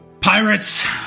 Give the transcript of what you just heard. Pirates